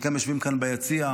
חלקם יושבים כאן ביציע.